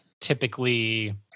typically